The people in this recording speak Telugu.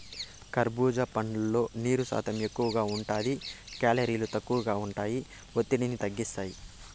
కర్భూజా పండ్లల్లో నీరు శాతం ఎక్కువగా ఉంటాది, కేలరీలు తక్కువగా ఉంటాయి, ఒత్తిడిని తగ్గిస్తాయి